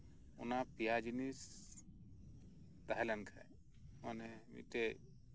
ᱚᱱᱟ ᱯᱮᱭᱟ ᱡᱤᱱᱤᱥ ᱛᱟᱦᱮᱸ ᱞᱮᱱᱠᱷᱟᱱ ᱚᱱᱮ ᱢᱤᱫᱴᱮᱱ